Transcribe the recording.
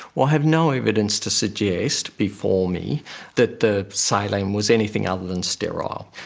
well i have no evidence to suggest before me that the saline was anything other than sterile.